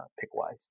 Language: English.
pick-wise